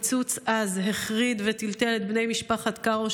פיצוץ עז החריד וטלטל את בני משפחת קארו,